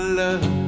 love